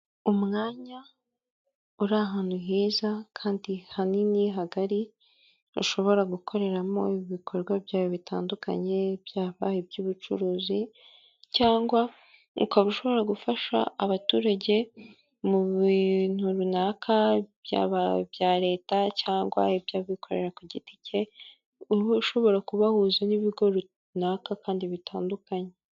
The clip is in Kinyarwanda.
Umwanya uri ahantu heza kandi hanini hagari, ushobora gukoreramo ibikorwa byayo bitandukanye, byaba iby'ubucuruzi cyangwa ukaba ushobora gufasha abaturage mu bintu runaka, byaba ibya leta cyangwa iby'abikorera ku giti cye, ushobora kubahuza n'ibigo runaka kandi bitandukanye.